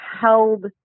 held